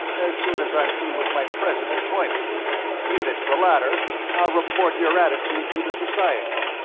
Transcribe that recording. as soon as i'm through with my present employment if it's the latter, i'll report your attitude to the society.